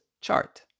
chart